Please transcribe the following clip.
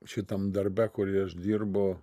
šitam darbe kurį aš dirbu